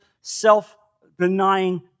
self-denying